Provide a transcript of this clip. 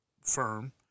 firm